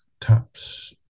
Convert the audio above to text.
taps